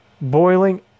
boiling